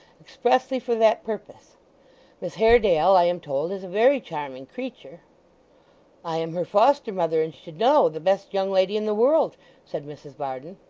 expressly for that purpose miss haredale, i am told, is a very charming creature i am her foster-mother, and should know the best young lady in the world said mrs varden.